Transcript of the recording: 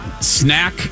snack